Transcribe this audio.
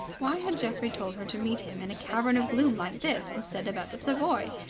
why had geoffrey told her to meet him in a cavern of gloom like this instead of at the savoy?